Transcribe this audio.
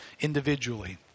individually